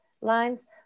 lines